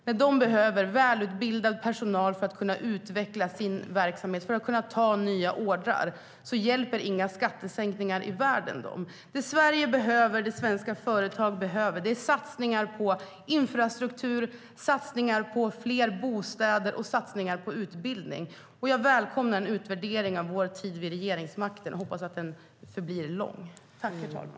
När de behöver välutbildad personal för att utveckla sin verksamhet och kunna ta nya ordrar hjälper inga skattesänkningar i världen.